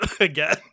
again